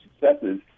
successes